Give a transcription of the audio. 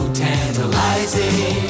tantalizing